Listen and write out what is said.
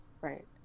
right